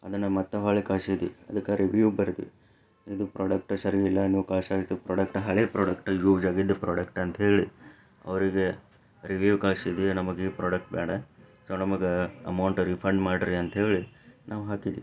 ಅದನ್ನು ಮತ್ತೆ ಹೊಳ್ಳಿ ಕಳಿಸಿದ್ವಿ ಅದಕ್ಕೆ ರಿವ್ಯೂ ಬರೆದ್ವಿ ಇದು ಪ್ರಾಡಕ್ಟ್ ಸರಿ ಇಲ್ಲ ನೀವು ಕಳ್ಸದ್ದು ಇದು ಪ್ರಾಡಕ್ಟ್ ಹಳೆ ಪ್ರಾಡಕ್ಟ್ ಯೂಸ್ ಆಗಿದ್ದ ಪ್ರಾಡಕ್ಟ್ ಅಂತ್ಹೇಳಿ ಅವರಿಗೆ ರಿವ್ಯೂ ಕಳ್ಸಿದ್ವಿ ನಮಗೆ ಈ ಪ್ರಾಡಕ್ಟ್ ಬೇಡ ಸೋ ನಮಗೆ ಅಮೌಂಟ್ ರಿಫಂಡ್ ಮಾಡಿರಿ ಅಂತ್ಹೇಳಿ ನಾವು ಹಾಕಿದ್ವಿ